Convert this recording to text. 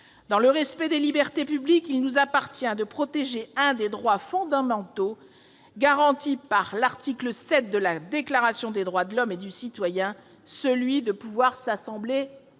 Dans le respect des libertés publiques, il nous appartient de protéger un des droits fondamentaux garantis par l'article X de la Déclaration des droits de l'homme et du citoyen, celui de pouvoir s'assembler